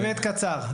אמת, קצר.